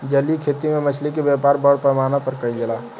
जलीय खेती में मछली के व्यापार बड़ पैमाना पर कईल जाला